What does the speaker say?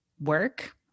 work